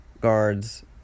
guards